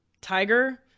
Tiger